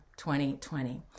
2020